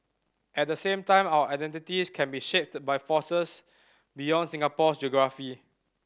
at the same time our identities can be shaped by forces beyond Singapore's geography